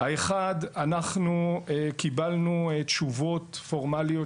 האחד אנחנו קיבלנו תשובות פורמליות